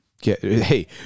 Hey